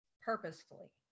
purposefully